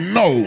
no